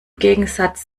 gegensatz